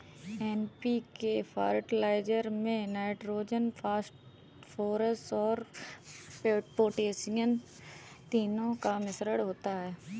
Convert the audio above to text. NPK fertiliser में nitrogen, phosphorus और potassium तीनों का मिश्रण होता है